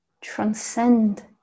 transcend